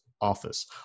Office